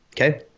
okay